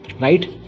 right